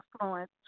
influence